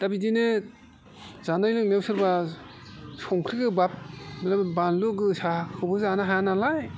दा बिदिनो जानो लोंनाया सोरबा संख्रि गोबाब बानलु गोसा बयबो जानो हाया नालाय